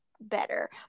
better